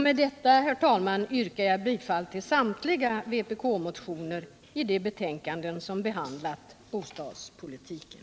Med detta, herr talman, yrkar jag bifall till samtliga vpk-motioner i de betänkanden som behandlar bostadspolitiken.